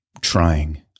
trying